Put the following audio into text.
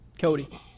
Cody